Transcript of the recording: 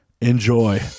enjoy